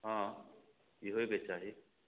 हँ ई होएके चाही